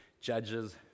judges